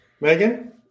Megan